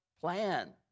plan